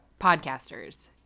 podcasters